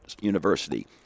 university